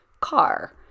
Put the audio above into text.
car